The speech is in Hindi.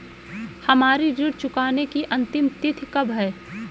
हमारी ऋण चुकाने की अंतिम तिथि कब है?